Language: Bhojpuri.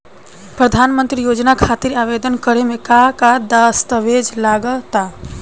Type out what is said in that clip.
प्रधानमंत्री योजना खातिर आवेदन करे मे का का दस्तावेजऽ लगा ता?